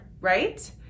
right